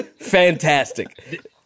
fantastic